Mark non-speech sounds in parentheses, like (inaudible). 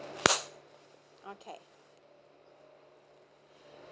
(noise) okay